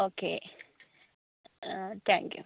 okay thank you